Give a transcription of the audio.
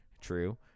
True